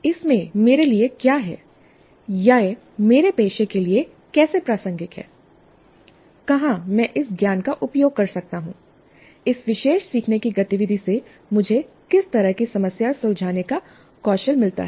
इसमें मेरे लिए क्या है यह मेरे पेशे के लिए कैसे प्रासंगिक है कहां मैं इस ज्ञान का उपयोग कर सकता हूं इस विशेष सीखने की गतिविधि से मुझे किस तरह की समस्या सुलझाने का कौशल मिलता है